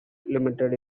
limited